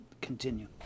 continue